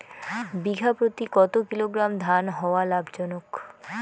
বিঘা প্রতি কতো কিলোগ্রাম ধান হওয়া লাভজনক?